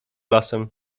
lasem